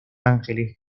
ángeles